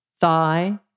thigh